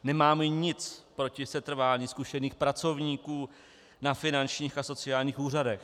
Nemám nic proti setrvání zkušených pracovníků na finančních a sociálních úřadech.